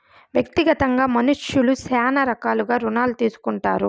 వ్యక్తిగతంగా మనుష్యులు శ్యానా రకాలుగా రుణాలు తీసుకుంటారు